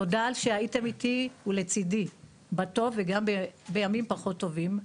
תודה על שהייתם איתי ולצדי בטוב וגם בימים פחות טובים,